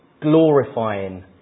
glorifying